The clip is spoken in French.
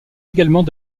également